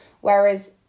whereas